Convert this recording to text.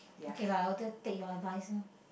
okay lah I'll take take your advise lor